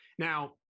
Now